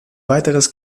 weiteres